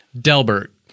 Delbert